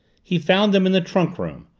he found them in the trunk room,